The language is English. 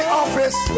office